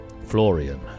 Florian